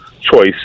choice